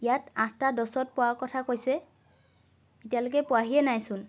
ইয়াত আঠটা দহত পোৱাৰ কথা কৈছে এতিয়ালৈকে পোৱাহিয়েই নাইচোন